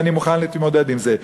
ואני מוכן להתמודד עם זה.